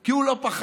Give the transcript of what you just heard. כי הוא לא פחד.